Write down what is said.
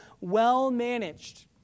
well-managed